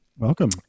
welcome